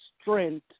strength